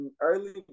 Early